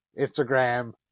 Instagram